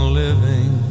living